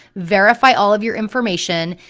verify all of your information,